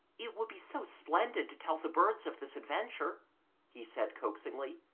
it would be so splendid to tell the birds of this adventure he said coaxingly.